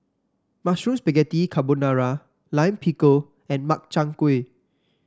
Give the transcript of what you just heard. Mushroom Spaghetti Carbonara Lime Pickle and Makchang Gui